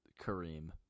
Kareem